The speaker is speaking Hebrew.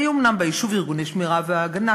היו אומנם ביישוב ארגוני שמירה והגנה,